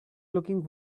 looking